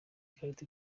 ikarita